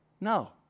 No